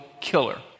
killer